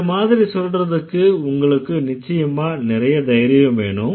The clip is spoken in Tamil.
இந்த மாதிரி சொல்றதுக்கு உங்களுக்கு நிச்சயமா நிறைய தைரியம் வேணும்